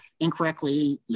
incorrectly